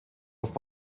auf